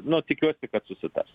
nu tikiuosi kad susitars